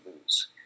lose